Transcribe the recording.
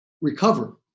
recover